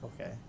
okay